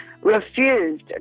refused